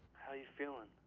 how you feeling?